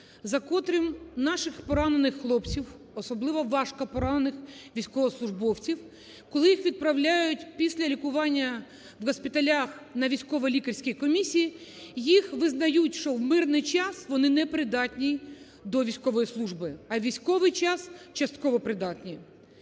за котрим наших поранених хлопців, особливо важкопоранених військовослужбовців, коли їх відправляють після лікування у госпіталях на військово-лікарські комісії, їх визнають, що в мирний час вони не придатні до військової служби, а у військовий час – частково придатні.